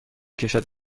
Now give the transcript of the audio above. کشد